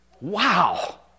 Wow